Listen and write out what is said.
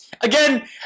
again